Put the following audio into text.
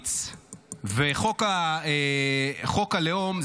קמיניץ וחוק הלאום,